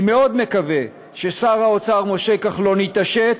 אני מאוד מקווה ששר האוצר משה כחלון יתעשת